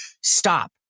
Stop